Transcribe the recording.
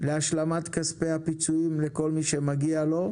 להשלמת כספי הפיצויים לכל מי שמגיע לו,